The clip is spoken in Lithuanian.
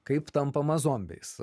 kaip tampama zombiais